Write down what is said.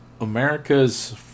America's